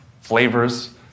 flavors